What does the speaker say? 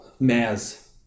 Maz